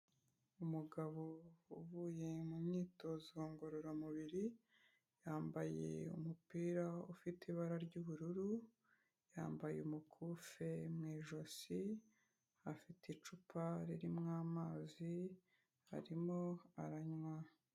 Umugabo uvuye mu myitozo ngororamubiri, yambaye umupira ufite ibara ry'ubururu, yambaye umukufi mu ijosi, afite icupa ririmo amazi arimo aranywa.